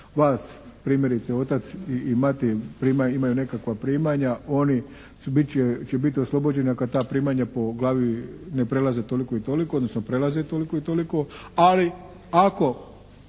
vas primjerice otac i mati imaju nekakva primanja oni će biti oslobođeni ako ta primanja po glavi ne prelaze toliko i toliko, odnosno prelaze toliko i toliko. Ali ako